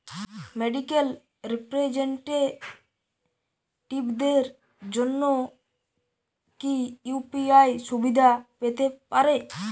Medical রিপ্রেজন্টেটিভদের জন্য কি ইউ.পি.আই সুবিধা পেতে পারে?